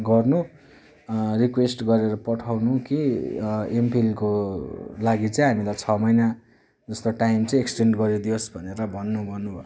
गर्नु रिक्वेस्ट गरेर पठाउनु कि एमफिलको लागि चाहिँ हामीलाई छ महिना जस्तो टाइम चाहिँ एक्सटेन्ड गरिदियोस् भनेर भन्नु भन्नुभयो